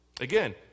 Again